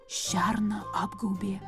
šerną apgaubė